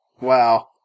Wow